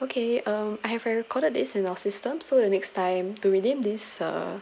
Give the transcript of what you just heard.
okay um I have recorded this in our system so the next time to redeem this uh